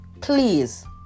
please